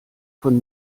von